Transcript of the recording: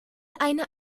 eine